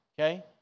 okay